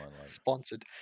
Sponsored